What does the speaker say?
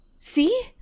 see